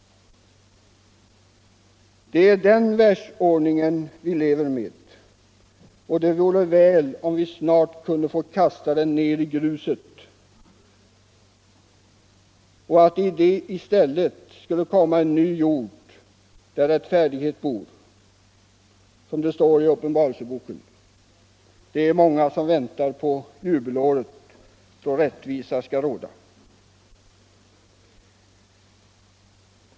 Det är den världsordningen vi lever med, och det vore väl om vi snart kunde få kasta den ner i gruset och att det i stället skulle komma en ny jord, där rättfärdigheten bor, som det står i Uppenbarelseboken. Det är många som väntar på jubelåret, då rättvisa skall råda!